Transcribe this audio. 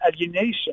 alienation